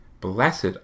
Blessed